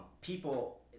people